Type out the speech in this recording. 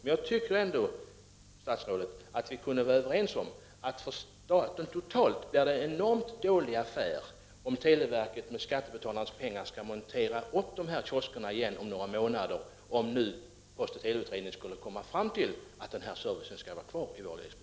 Men jag anser ändå, statsrådet, att vi kunde vara överens om att det för staten totalt sett blir en enormt dålig affär om televerket med skattebetalarnas pengar skall montera upp dessa telefonautomater igen om några månader, vilket blir följden om nu postoch teleutredningen skulle komma fram till att denna service skall vara kvar i våra glesbygder.